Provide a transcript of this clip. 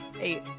eight